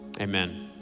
Amen